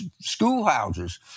schoolhouses